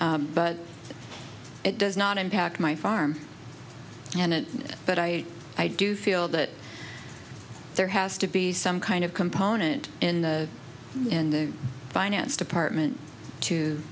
but it does not impact my farm and it but i i do feel that there has to be some kind of component in the in the finance department to